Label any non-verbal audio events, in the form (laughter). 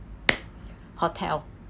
(noise) hotel